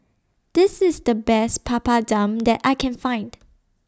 This IS The Best Papadum that I Can Find